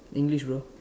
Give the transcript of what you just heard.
English bro